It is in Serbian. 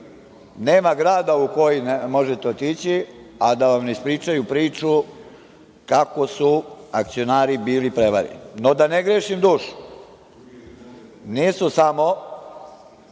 Nema grada u koji možete otići, a da vam ne ispričaju priču kako su akcionari bili prevareni.No, da ne grešim dušu, nisu samo